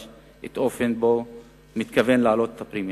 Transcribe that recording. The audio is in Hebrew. את האופן שבו הוא מתכוון להעלות את הפרמיה.